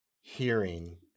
hearing